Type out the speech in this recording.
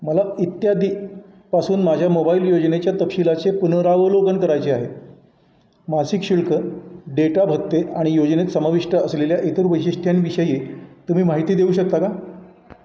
मला इत्यादी पासून माझ्या मोबाईल योजनेच्या तपशीलाचे पुनरावलोकन करायचे आहे मासिक शुल्क डेटा भत्ते आणि योजनेत समाविष्ट असलेल्या इतर वैशिष्ट्यांविषयी तुम्ही माहिती देऊ शकता का